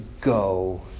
go